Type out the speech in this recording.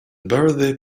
birthday